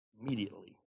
immediately